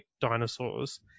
dinosaurs